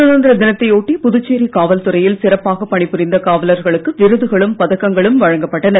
சுதந்திர தினத்தை ஒட்டி புதுச்சேரி காவல்துறையில் சிறப்பாக பணி புரிந்த காவலர்களுக்கு விருதுகளும் பதக்கங்களும் வழங்கப் பட்டன